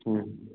हम्म